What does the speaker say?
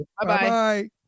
Bye-bye